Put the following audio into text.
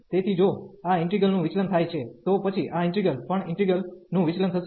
તેથી જો આ ઈન્ટિગ્રલ નું વિચલન થાય છે તો પછી આ ઇન્ટિગ્રલ પણ ઈન્ટિગ્રલ નું વિચલન થશે